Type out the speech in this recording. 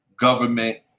government